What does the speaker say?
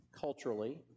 culturally